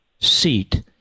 seat